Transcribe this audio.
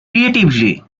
creatively